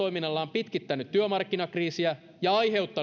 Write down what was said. pitkittänyt työmarkkinakriisiä ja